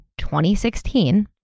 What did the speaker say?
2016